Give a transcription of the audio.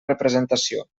representació